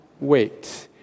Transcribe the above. wait